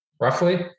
roughly